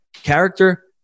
Character